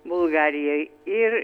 bulgarijoj ir